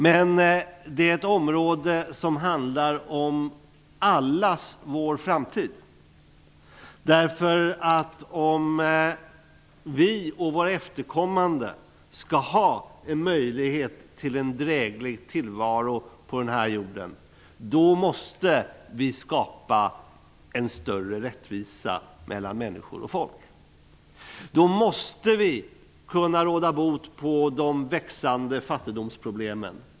Men det är ett område som handlar om allas vår framtid. Om vi och våra efterkommande skall ha en möjlighet till en dräglig tillvaro på den här jorden, då måste vi skapa en större rättvisa mellan människor och folk. Då måste vi kunna råda bot på de växande fattigdomsproblemen.